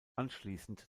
anschließend